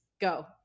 go